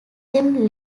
them